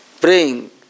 praying